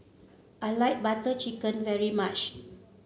I like Butter Chicken very much